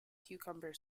cucumber